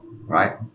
right